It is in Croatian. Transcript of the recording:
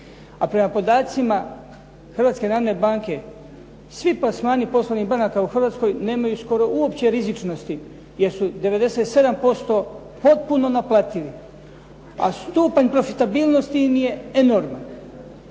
A prema podacima Hrvatske narodne banke, svi plasmani poslovnih banaka u Hrvatskoj nemaju skoro uopće rizičnosti jer su 97% potpuno naplativi. A stupanj profitabilnosti im je enorman.